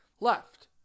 left